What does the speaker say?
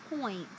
point